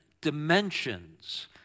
dimensions